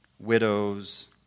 Widows